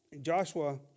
Joshua